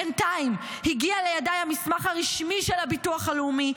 בינתיים הגיע לידיי המסמך הרשמי של הביטוח הלאומי.